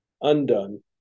undone